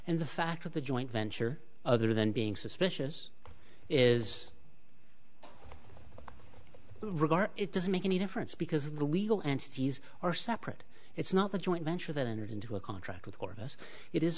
and the fact of the joint venture other than being suspicious is regard it doesn't make any difference because the legal entities are separate it's not a joint venture that entered into a contract with